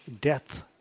death